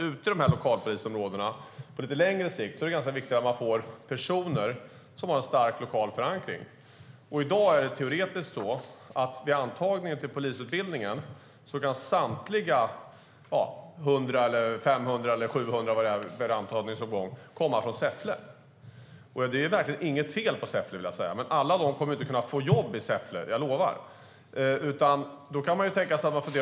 Ute i lokalpolisområden är det på längre sikt viktigt att få tag på personer som har en stark lokal förankring. Teoretiskt kan vid antagningen till polisutbildningen samtliga 100, 500 eller 700 sökande vid varje antagningsomgång komma från Säffle. Det är verkligen inget fel på Säffle, men alla kan inte få jobb i Säffle. Jag lovar!